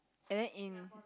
and then in